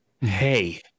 hey